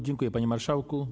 Dziękuję, panie marszałku.